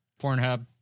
Pornhub